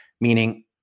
Meaning